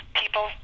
people